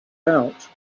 out